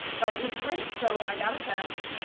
but it's great. so i got a test.